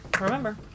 Remember